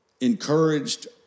encouraged